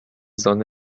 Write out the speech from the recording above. sonne